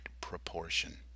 proportion